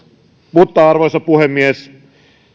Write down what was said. mutta arvoisa puhemies